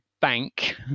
bank